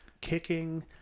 kicking